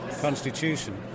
Constitution